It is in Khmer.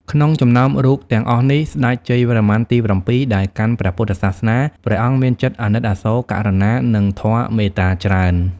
ក្នុងចំណោមរូបទាំងអស់នេះ ស្តេចជ័យវរ្ម័នទី៧ ដែលកាន់ព្រះពុទ្ធសាសនា ព្រះអង្គមានចិត្តអាណិតអាសូរ ករុណា និងធម៌មេត្តាច្រើន។